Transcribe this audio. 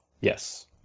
yes